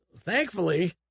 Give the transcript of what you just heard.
thankfully